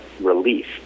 relief